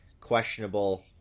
questionable